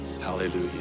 Hallelujah